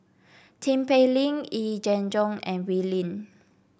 Tin Pei Ling Yee Jenn Jong and Wee Lin